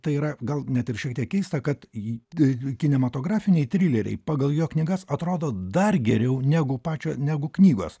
tai yra gal net ir šiek tiek keista kad kinematografiniai trileriai pagal jo knygas atrodo dar geriau negu pačio negu knygos